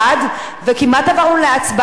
וכמעט עברנו להצבעה אלקטרונית,